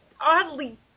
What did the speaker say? oddly